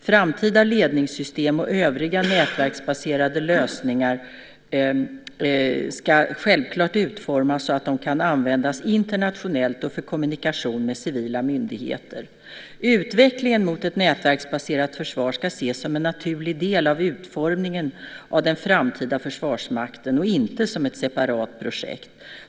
Framtida ledningssystem och övriga nätverksbaserade lösningar ska självklart utformas så att de kan användas internationellt och för kommunikation med civila myndigheter. Utvecklingen mot ett nätverksbaserat försvar ska ses som en naturlig del av utformningen av den framtida Försvarsmakten, och inte som ett separat projekt.